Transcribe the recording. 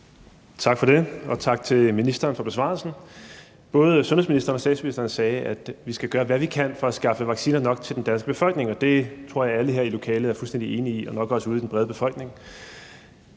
Tak for det, og tak til ministeren for besvarelsen. Både sundhedsministeren og statsministeren sagde, at vi skal gøre, hvad vi kan, for at skaffe vacciner nok til den danske befolkning. Og det tror jeg at alle her i lokalet er fuldstændig enige i – nok også ude i den brede befolkning.